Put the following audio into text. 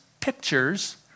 pictures